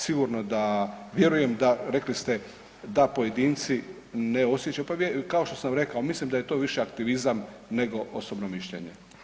Sigurno da vjerujem, rekli ste da pojedinci ne osjećaju, pa kao što sam rekao mislim da je to više aktivizam nego osobno mišljenje.